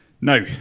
Now